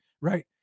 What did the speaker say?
right